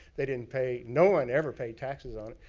they didn't pay. no one ever paid taxes on it.